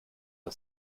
der